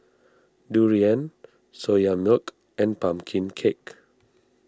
Durian Soya Milk and Pumpkin Cake